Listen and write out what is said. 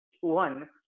one